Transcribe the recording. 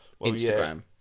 Instagram